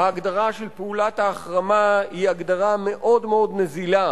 ההגדרה של פעולת ההחרמה היא הגדרה מאוד מאוד נזילה.